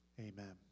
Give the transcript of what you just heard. Amen